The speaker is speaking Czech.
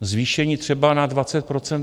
Zvýšení třeba na 20 %?